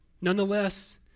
Nonetheless